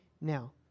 Now